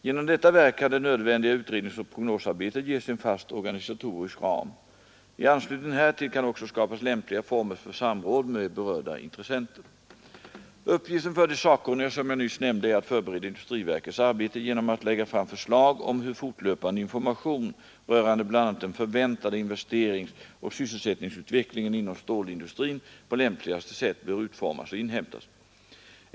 Genom detta verk kan det nödvändiga utredningsoch prognosarbetet ges en fast organisatorisk ram. I anslutning härtill kan också skapas lämpliga former för samråd med berörda intressenter. Uppgiften för de sakkunniga som jag nyss nämnde är att förbereda industriverkets arbete genom att lägga fram förslag om hur fortlöpande information rörande bl.a. den förväntade investeringsoch sysselsättningsutvecklingen inom stålindustrin på lämpligaste sätt bör utformas och inhämtas.